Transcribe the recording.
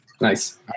Nice